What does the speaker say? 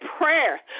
prayer